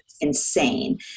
insane